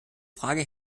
frage